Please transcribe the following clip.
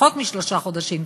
פחות משלושה חודשים כבר,